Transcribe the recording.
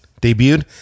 debuted